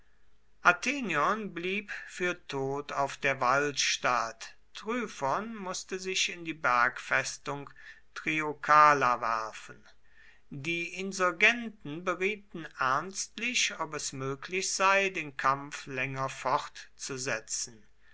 athenion blieb für tot auf der walstatt tryphon mußte sich in die bergfestung triokala werfen die insurgenten berieten ernstlich ob es möglich sei den kampf länger fortzusetzen